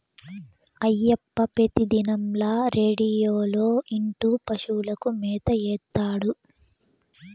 అయ్యప్ప పెతిదినంల రేడియోలో ఇంటూ పశువులకు మేత ఏత్తాడు